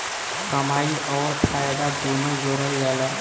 कमाई अउर फायदा दुनू जोड़ल जला